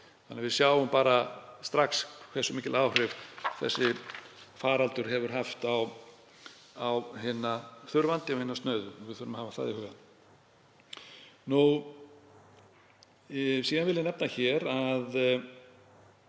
Þannig að við sjáum strax hversu mikil áhrif þessi faraldur hefur haft á hina þurfandi og hina snauðu. Við þurfum að hafa það í huga. Síðan vil ég nefna að